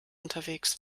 unterwegs